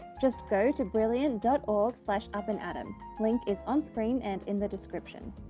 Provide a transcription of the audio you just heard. just go to brilliant but org upandatom, link is on screen and in the description.